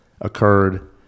occurred